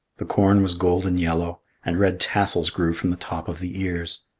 the corn was golden yellow, and red tassels grew from the top of the ears.